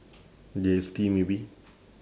G_S_T maybe